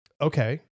Okay